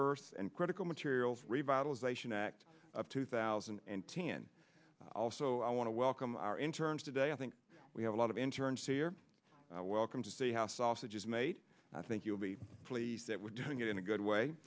earth and critical materials revitalization act of two thousand and ten also i want to welcome our interns today i think we have a lot of interns here welcome to see how sausage is made and i think you'll be pleased that we're doing it in a good way